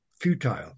futile